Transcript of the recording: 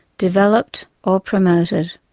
developed or promoted.